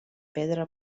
pedra